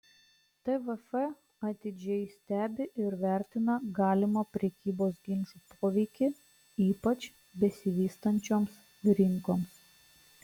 tvf atidžiai stebi ir vertina galimą prekybos ginčų poveikį ypač besivystančioms rinkoms